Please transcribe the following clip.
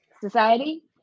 Society